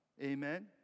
Amen